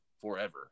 forever